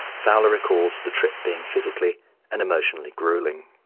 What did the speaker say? fowler recalls the trip being physically and emotionally gruelling.